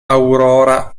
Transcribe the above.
aurora